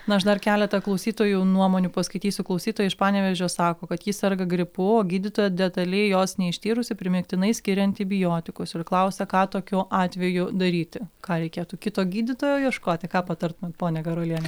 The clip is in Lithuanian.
na aš dar keletą klausytojų nuomonių paskaitysiu klausytoja iš panevėžio sako kad ji serga gripu o gydytoja detaliai jos neištyrusi primygtinai skiria antibiotikus ir klausia ką tokiu atveju daryti ką reikėtų kito gydytojo ieškoti ką patartumėt ponia garuoliene